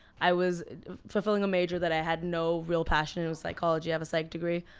i was fulfilling a major that i had no real passion. it was psychology. i have a psych degree.